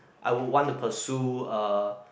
I would want to pursue uh